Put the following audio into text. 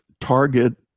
target